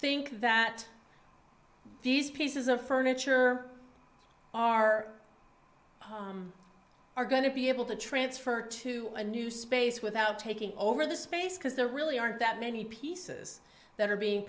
think that these pieces of furniture are are going to be able to transfer to a new space without taking over the space because there really aren't that many pieces that are being